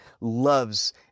loves